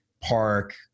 park